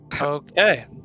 Okay